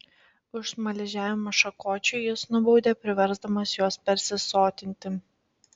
už smaližiavimą šakočiu jis nubaudė priversdamas juo persisotinti